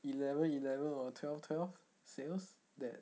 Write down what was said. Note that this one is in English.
eleven eleven or twelve twelve sales that